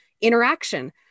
interaction